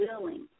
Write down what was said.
willing